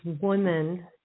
woman